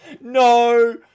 No